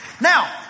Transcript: Now